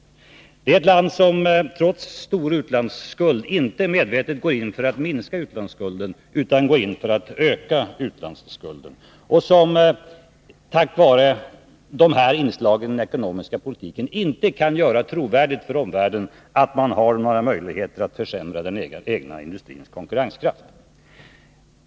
Det är ett land som trots stor utlandsskuld inte målmedvetet går in för att minska utlandsskulden utan för att öka den och som på grund av de här inslagen i den ekonomiska politiken inte kan göra trovärdigt för omvärlden att man har några möjligheter att förbättra den egna industrins konkurrenskraft.